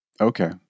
Okay